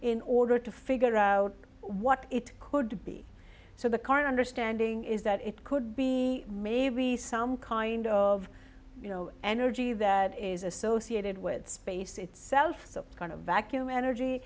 in order to figure out what it could be so the current understanding is that it could be maybe some kind of you know energy that is associated with space itself that kind of vacuum energy